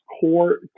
core